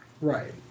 Right